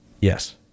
Yes